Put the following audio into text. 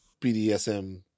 BDSM